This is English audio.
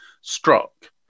struck